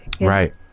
Right